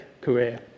career